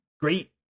great